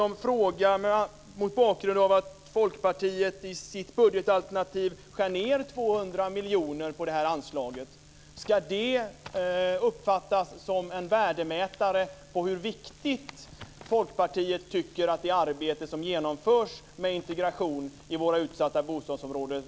Mot bakgrund av att Folkpartiet i sitt budgetalternativ skär ned 200 miljoner kronor vill jag dessutom fråga: Ska detta uppfattas som en värdemätare på hur viktigt Folkpartiet anser att det arbete med integration som genomförs i våra utsatta bostadsområden är?